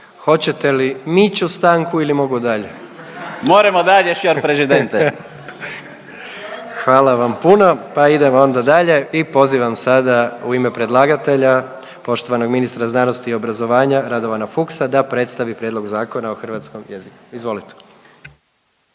Hoćete li miću stanku ili mogu dalje. …/Upadica: Moremo dalje šjor prežidente./… Hvala vam puno. Pa idemo onda dalje i pozivam sada u ime predlagatelja poštovanog ministra znanosti i obrazovanja, Radovana Fuchsa da predstavi Prijedlog Zakona o hrvatskom jeziku. Izvolite.